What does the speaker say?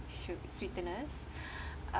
su~ sweeteners uh